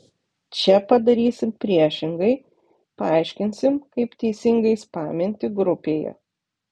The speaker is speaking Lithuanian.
čia padarysim priešingai paaiškinsim kaip teisingai spaminti grupėje